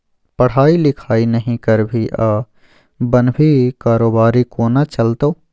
पढ़ाई लिखाई नहि करभी आ बनभी कारोबारी कोना चलतौ